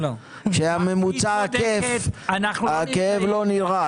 כשהממוצע --- הכאב לא נראה.